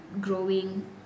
growing